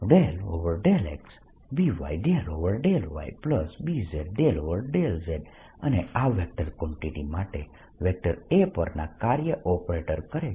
Bx∂xBy∂yBz∂z અને આ vector quantity માટે વેક્ટર A પર કાર્ય ઓપરેટ કરે છે